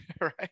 right